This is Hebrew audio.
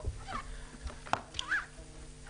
הישיבה ננעלה